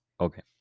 Okay